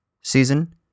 season